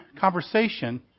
conversation